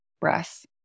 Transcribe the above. breath